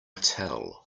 tell